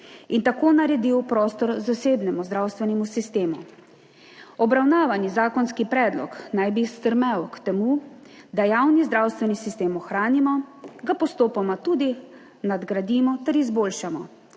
in tako naredil prostor zasebnemu zdravstvenemu sistemu. Obravnavani zakonski predlog naj bi stremel k temu, da javni zdravstveni sistem ohranimo, ga postopoma tudi nadgradimo ter izboljšamo,